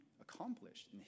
accomplished